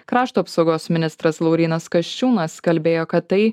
krašto apsaugos ministras laurynas kasčiūnas kalbėjo kad tai